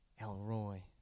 Elroy